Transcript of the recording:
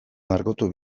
margotu